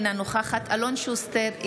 אינה נוכחת אלון שוסטר,